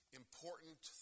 important